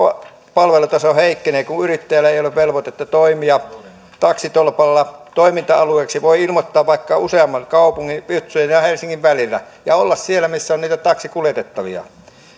palvelutaso heikkenee kun yrittäjällä ei ole velvoitetta toimia taksitolpalla toiminta alueeksi voi ilmoittaa vaikka useamman kaupungin utsjoen ja helsingin välillä ja olla siellä missä on niitä taksikuljetettavia